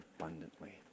abundantly